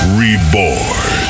reborn